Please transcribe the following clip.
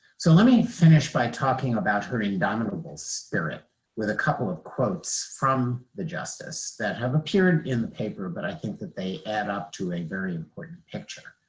so let me finish by talking about her indomitable spirit with a couple of quotes from the justice that have appeared in the paper, but i think that they add up to a very important picture.